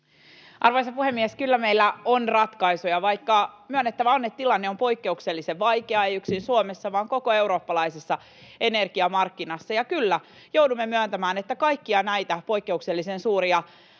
Arvoisa puhemies! Kyllä meillä on ratkaisuja, vaikka myönnettävä on, että tilanne on poikkeuksellisen vaikea, ei yksin Suomessa vaan koko eurooppalaisessa energiamarkkinassa. Ja kyllä, joudumme myöntämään, että kaikkia näitä poikkeuksellisen suuria